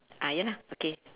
ah ya lah okay